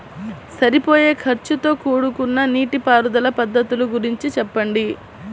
సరిపోయే ఖర్చుతో కూడుకున్న నీటిపారుదల పద్ధతుల గురించి చెప్పండి?